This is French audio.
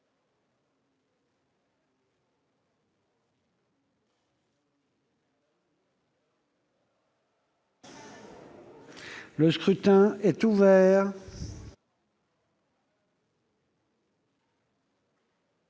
Le scrutin est ouvert.